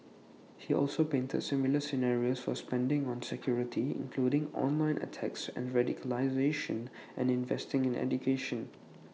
he also painted similar scenarios for spending on security including online attacks and radicalisation and investing in education